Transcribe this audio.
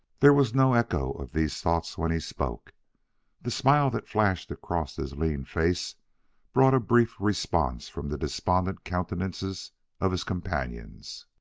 there was no echo of these thoughts when he spoke the smile that flashed across his lean face brought a brief response from the despondent countenances of his companions.